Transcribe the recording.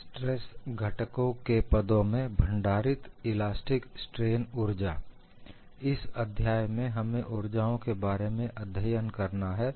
stress घटकों के पदों में भंडारित इलास्टिक स्ट्रेन ऊर्जा इस अध्याय में हमें ऊर्जाओं के बारे में अध्ययन करना है